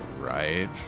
right